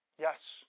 Yes